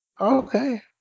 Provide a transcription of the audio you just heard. Okay